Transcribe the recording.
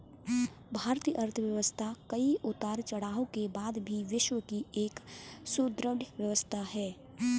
भारतीय अर्थव्यवस्था कई उतार चढ़ाव के बाद भी विश्व की एक सुदृढ़ व्यवस्था है